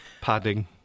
Padding